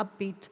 upbeat